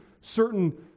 certain